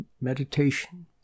meditation